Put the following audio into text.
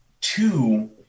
Two